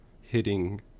hitting